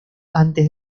antes